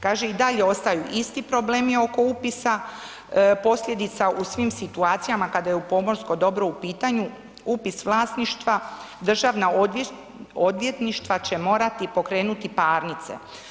Kaže i dalje ostaju isti problemi oko upisa, posljedica u svim situacijama kada je pomorsko dobro u pitanju, upis vlasništva, državna odvjetništva će morati pokrenuti parnice.